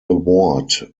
award